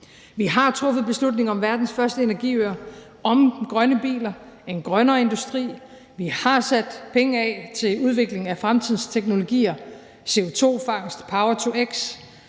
Vi har truffet beslutning om verdens første energiøer, om grønne biler, en grønnere industri. Vi har sat penge af til udvikling af fremtidens teknologier: CO2-fangst, power-to-x.